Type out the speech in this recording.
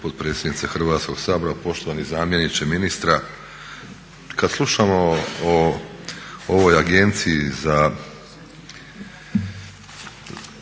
potpredsjednice Hrvatskog sabora, poštovani zamjeniče ministra. Kad slušamo o ovoj Agenciji za